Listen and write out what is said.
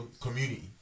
community